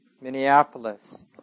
Minneapolis